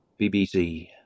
BBC